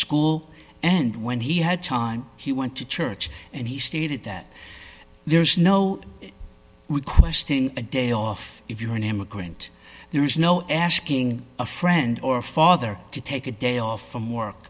school and when he had time he went to church and he stated that there's no requesting a day off if you're an immigrant there is no asking a friend or father to take a day off from work